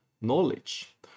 knowledge